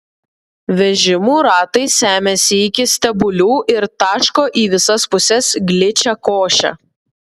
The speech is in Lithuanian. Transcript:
vežimų ratai semiasi iki stebulių ir taško į visas puses gličią košę